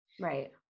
Right